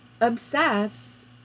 obsess